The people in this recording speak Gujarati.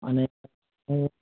અને હું